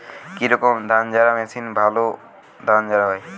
কি রকম ধানঝাড়া মেশিনে ভালো ধান ঝাড়া হয়?